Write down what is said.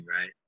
right